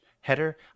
Header